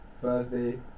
Thursday